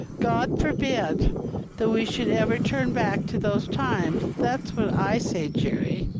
god forbid that we should ever turn back to those times that's what i say, jerry.